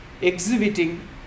exhibiting